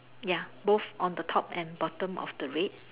ya both on the top and bottom of the red